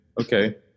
okay